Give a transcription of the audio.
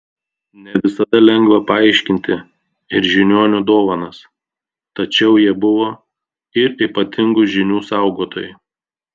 ne visada lengva paaiškinti ir žiniuonių dovanas tačiau jie buvo ir ypatingų žinių saugotojai